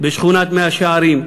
בשכונת מאה-שערים,